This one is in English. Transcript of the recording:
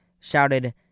Shouted